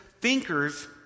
thinkers